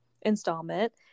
installment